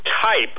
type